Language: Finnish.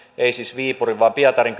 ei siis viipurin vaan pietarin